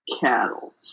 cattle